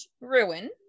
ruin